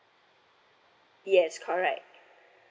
yes correct